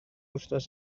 wythnos